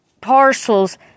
parcels